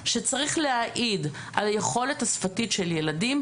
שצריך להעיד על היכולת השפתית של ילדים,